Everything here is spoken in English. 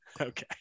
Okay